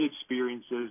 experiences